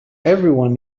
everyone